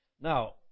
Now